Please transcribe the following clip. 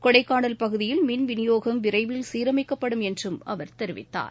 கொடைக்கானல் பகுதியில் மின் விநியோகம் விரைவில் சீரமைக்கப்படும் என்றும் அவர் தெரிவித்தார்